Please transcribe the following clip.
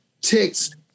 text